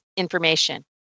information